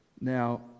Now